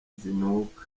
zinuka